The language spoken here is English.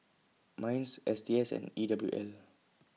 Minds S T S and E W L